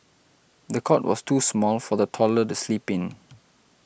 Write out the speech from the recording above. the cot was too small for the toddler sleep in